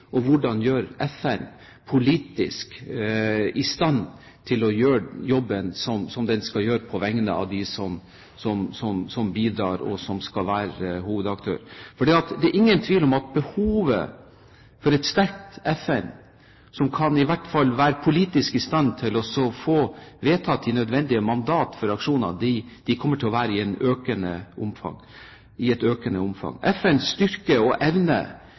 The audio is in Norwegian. og hvordan gjøre FN politisk i stand til å gjøre jobben som de skal gjøre på vegne av dem som bidrar, og som skal være hovedaktører? For det er ingen tvil om at behovet for et sterkt FN, som i hvert fall kan være politisk i stand til å få vedtatt de nødvendige mandater for aksjoner, kommer til å være der i et økende omfang. I det hele tatt er det FNs styrke og evne